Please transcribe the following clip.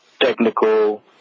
technical